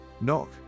Knock